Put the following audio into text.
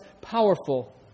powerful